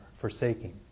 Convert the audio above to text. forsaking